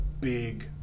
big